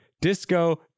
Disco